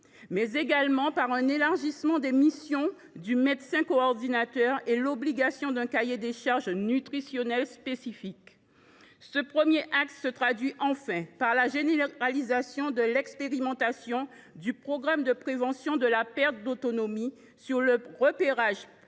mais également par un élargissement des missions du médecin coordinateur et l’obligation d’un cahier des charges nutritionnel spécifique. Ce premier axe se décline enfin au travers de la généralisation de l’expérimentation du programme de prévention de la perte d’autonomie sur le repérage